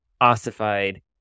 ossified